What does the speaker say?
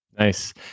Nice